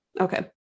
Okay